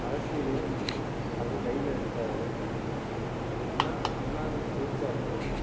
அரசியலையும் அவரு கைல எடுத்தார் அது எப்படின்னா அண்ணாவின் பேச்சாற்றலும்